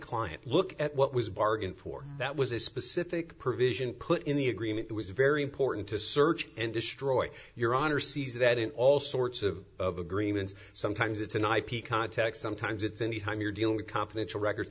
client look at what was bargained for that was a specific provision put in the agreement was very important to search and destroy your honor seize that in all sorts of of agreements sometimes it's an ip context sometimes it's anytime you're dealing with confidential record